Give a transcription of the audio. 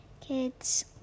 kids